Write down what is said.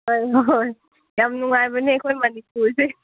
ꯍꯣꯏ ꯍꯣꯏ ꯌꯥꯝ ꯅꯨꯡꯉꯥꯏꯕꯅꯤ ꯑꯩꯈꯣꯏ ꯃꯅꯤꯄꯨꯔꯁꯦ